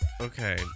Okay